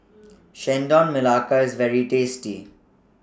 Chendol Melaka IS very tasty